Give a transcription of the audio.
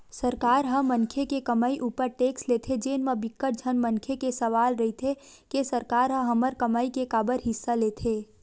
सरकार ह मनखे के कमई उपर टेक्स लेथे जेन म बिकट झन मनखे के सवाल रहिथे के सरकार ह हमर कमई के काबर हिस्सा लेथे